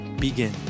begin